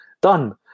Done